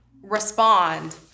respond